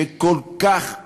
המנהיגות שכל כך,